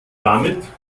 damit